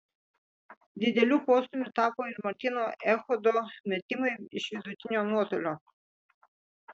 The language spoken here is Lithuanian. dideliu postūmiu tapo ir martyno echodo metimai iš vidutinio nuotolio